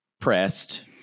pressed